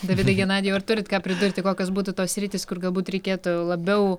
davidai genadijau ar turit ką pridurti kokios būtų tos sritys kur galbūt reikėtų labiau